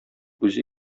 үзе